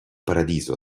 paradiso